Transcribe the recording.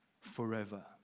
forever